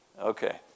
Okay